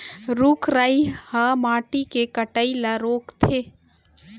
रूख राई ह माटी के कटई ल रोकथे